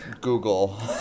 Google